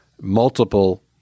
multiple